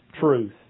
truth